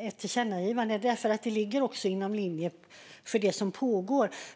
ett tillkännagivande eftersom det ligger i linje med det som pågår.